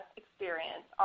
experience